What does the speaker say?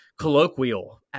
colloquial